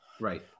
right